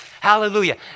Hallelujah